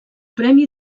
premi